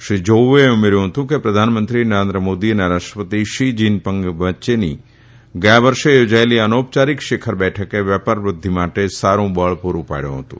શ્રી ઝોઉએ ઉમેર્યુ હતું કે પ્રધાનમંત્રી નરેન્દ્ર મોદી અને રાષ્ટ્રપતિ શી જીનપીંગ વચ્ચેની ગયા વર્ષે યોજાયેલી અનૌપયારિક શિખર બેઠકે વેપાર વૃધ્ધિ માટે સારૂ બળ પુરૂ પાડયું હતું